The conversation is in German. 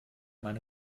meine